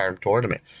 Tournament